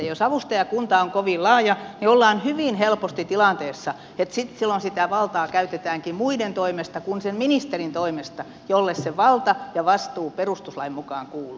jos avustajakunta on kovin laaja niin ollaan hyvin helposti tilanteessa että silloin sitä valtaa käytetäänkin muiden toimesta kuin sen ministerin toimesta jolle se valta ja vastuu perustuslain mukaan kuuluu